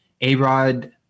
A-Rod